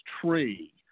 tree